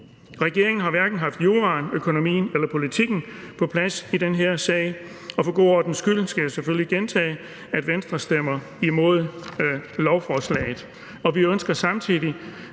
Regeringen har hverken haft juraen, økonomien eller politikken på plads i den her sag, og for god ordens skyld skal jeg selvfølgelig gentage, at Venstre stemmer imod lovforslaget,